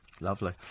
Lovely